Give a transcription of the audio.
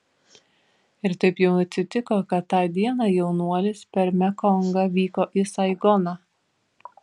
ir taip jau atsitiko kad tą dieną jaunuolis per mekongą vyko į saigoną